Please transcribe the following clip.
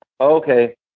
Okay